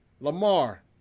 Lamar